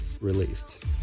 released